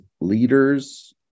leaders